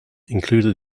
included